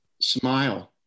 Smile